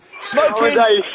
Smoking